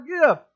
forgive